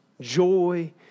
Joy